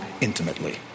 intimately